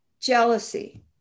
jealousy